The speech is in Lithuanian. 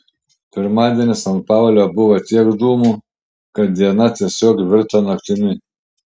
pirmadienį san paule buvo tiek dūmų kad diena tiesiog virto naktimi